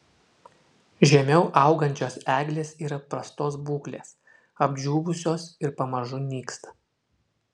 žemiau augančios eglės yra prastos būklės apdžiūvusios ir pamažu nyksta